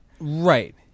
Right